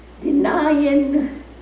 denying